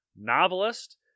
novelist